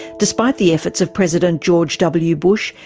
despite the efforts of president george w. bush,